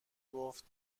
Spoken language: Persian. گفت